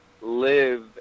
live